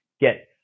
get